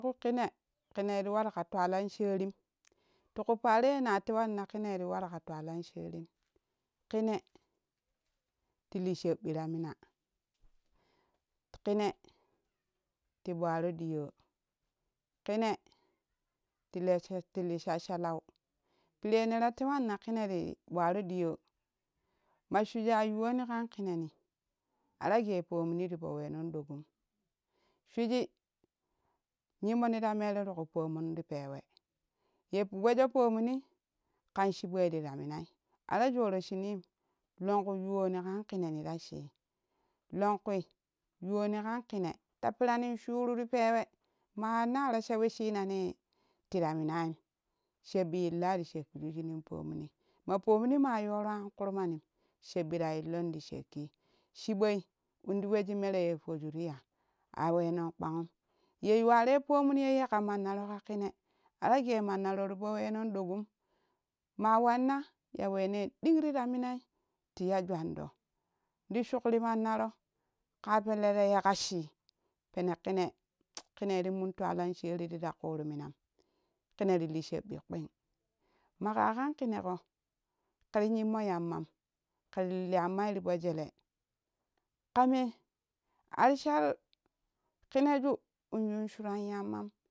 Kuu kene kenei ti waru ka twalan sherem ti ku paaro ze na tewani na kenen ti wara ka twelan sherim kine ti lei shebbi ta mina kinee ti ɓoro ɗiyo kine ti lii shashaslau piire nera tewani na kine ti ɓwaro diya ma shuju yuwoni kan kinene ara ge pomuri ti po wenon ɗo gum shweji yimmoni ta mero riku poomoun ti pewee yen wojo poomuni kan chiboi ti ra minai ara jooro shunim longku yuwori kan kenenira shii longkui yuwoni kan kina ta piranin shiru ti pewe ma wan na cora sha weshina ne tira minaim shebbi illa ti shekkiju shunum poomuni ma poomuni ma yoro an kurmanim shebbira illon ti shekki chiɓoi inti weji meru ye pooju ri ya awenon kpan'um ye yuwaroi poomuni ye ye ƙa maunaro ka ƙene ara ge manmaro ripo wena ɗogu maa wanna ya wene ɗing tiro minai tiya jwan do ti suki ti maunaro ƙa pelle te yeka shii pene kene kenen ti min twala sherii tira kur minam kene ti li shebbi kping maƙa kan kineƙo keri yimmo yamma keri hii yammai ti foo jele kama ari shar kineju in yun shuran yamm am